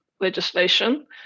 legislation